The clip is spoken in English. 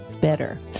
better